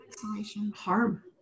harm